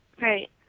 Right